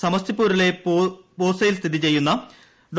സമസ്തിപ്പൂറിലെ പൂസയിൽ സ്ഥിതി ്ചെയ്യുന്ന ഡോ